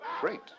great